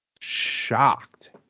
Shocked